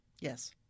yes